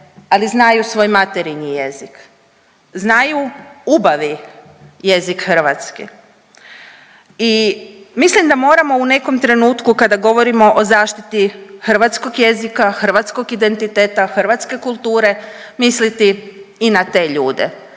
ali znaju svoj materinji jezik, znaju ubavi jezik hrvatski. I mislim da moramo u nekom trenutku kada govorimo o zaštiti hrvatskog jezike, hrvatskog identiteta, hrvatske kulture misliti i na te ljude,